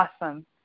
Awesome